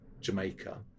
Jamaica